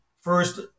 first